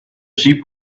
sheep